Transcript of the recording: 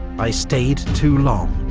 i stayed too long.